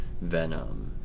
Venom